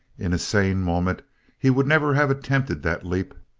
in a sane moment he would never have attempted that leap.